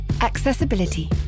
Accessibility